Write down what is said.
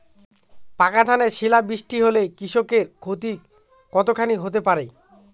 পাকা ধানে শিলা বৃষ্টি হলে কৃষকের ক্ষতি কতখানি হতে পারে?